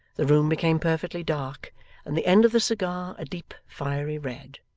the room became perfectly dark and the end of the cigar a deep fiery red,